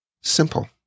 Simple